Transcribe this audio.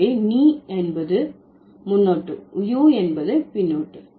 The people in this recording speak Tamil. எனவே ne என்பது முன்னொட்டு u என்பது பின்னொட்டு